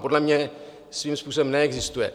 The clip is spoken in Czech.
Podle mě svým způsobem neexistuje.